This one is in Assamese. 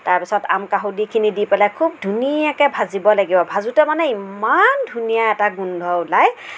তাৰ পিছত আম কাহুদিখিনি দি পেলাই খুব ধুনীয়াকৈ ভাজিব লাগিব ভাজোঁতে মানে ইমান ধুনীয়া এটা গোন্ধ ওলায়